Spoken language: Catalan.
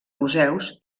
museus